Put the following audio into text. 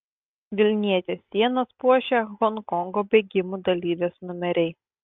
vilnietės sienas puošia honkongo bėgimų dalyvės numeriai